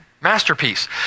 masterpiece